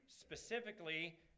specifically